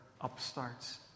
upstarts